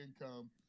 income